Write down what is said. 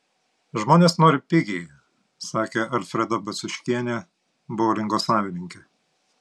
žmonės nori pigiai sakė alfreda baciuškienė boulingo savininkė